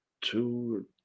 two